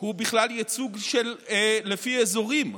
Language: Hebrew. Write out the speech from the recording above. הוא בכלל ייצוג לפי אזורים.